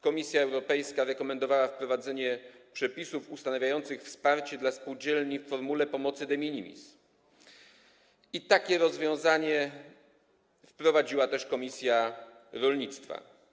Komisja Europejska rekomendowała wprowadzenie przepisów ustanawiających wsparcie spółdzielni w formule pomocy de minimis i takie rozwiązania wprowadziła komisja rolnictwa.